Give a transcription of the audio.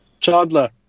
Chandler